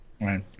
right